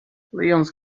lions